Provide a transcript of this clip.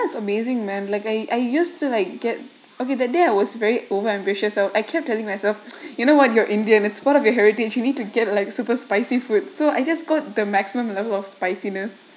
that's amazing man like I I used to like get okay that day was very over ambitious so I kept telling myself you know what you're indian it's part of your heritage you need to get like super spicy food so I just got the maximum level of spiciness